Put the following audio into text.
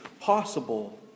possible